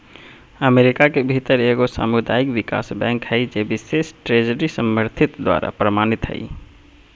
America के भीतर एगो सामुदायिक विकास बैंक हइ जे बिशेष ट्रेजरी समर्थित द्वारा प्रमाणित हइ